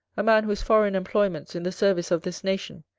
a man whose foreign employments in the service of this nation,